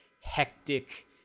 hectic